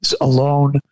alone